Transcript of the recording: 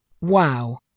wow